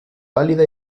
pálida